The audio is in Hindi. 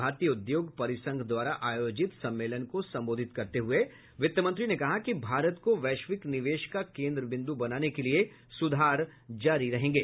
भारतीय उद्योग परिसंघ द्वारा आयोजित सम्मेलन को सम्बोधित करते हुए वित्त मंत्री ने कहा कि भारत को वैश्विक निवेश का केंद्र बिंदु बनाने के लिए सुधार जारी रहेंगे